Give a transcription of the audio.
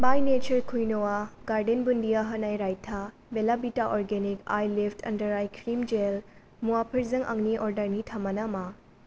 बाइ nature क्विन'आ garden बुन्दिया होनाय रायता Bella Vita Organic eyelift under eye cream gel मुवाफोरजों आंनि अर्डारनि थामाना मा